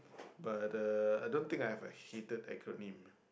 but uh I don't think I have a hated acronym